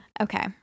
Okay